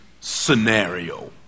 scenario